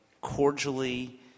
cordially